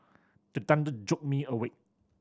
the thunder jolt me awake